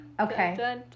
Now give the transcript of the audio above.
Okay